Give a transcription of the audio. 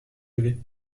lever